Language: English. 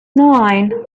nine